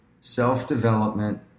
Self-development